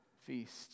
feast